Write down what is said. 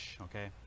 okay